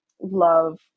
love